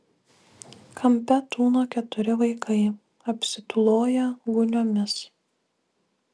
kampe tūno keturi vaikai apsitūloję gūniomis